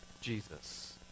Jesus